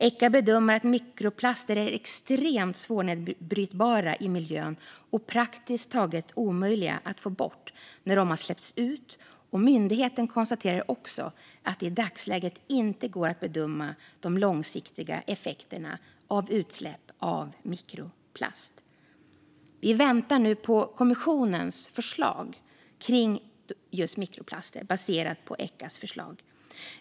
Echa bedömer att mikroplaster är extremt svårnedbrytbara i miljön och praktiskt taget omöjliga att få bort när de har släppts ut, och myndigheten konstaterar också att det i dagsläget inte går att bedöma de långsiktiga effekterna av utsläpp av mikroplast. Vi väntar nu på kommissionens förslag kring just mikroplaster baserat på Echas förslag.